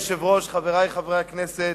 אדוני היושב-ראש, חברי חברי הכנסת,